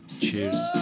Cheers